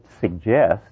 suggest